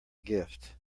gift